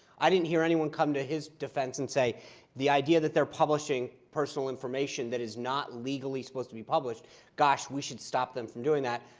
i didn't hear anyone come to his defense and say the idea that they're publishing personal information that is not legally supposed to be published gosh, we should stop them from doing doing that.